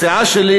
הסיעה שלי,